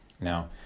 Now